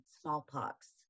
smallpox